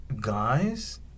guys